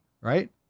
right